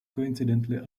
coincidentally